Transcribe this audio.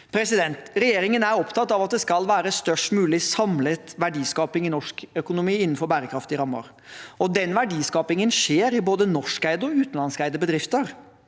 havbruk. Regjeringen er opptatt av at det skal være størst mulig samlet verdiskaping i norsk økonomi innenfor bærekraftige rammer. Den verdiskapingen skjer i både norskeide og utenlandskeide bedrifter.